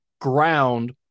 ground